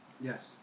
Yes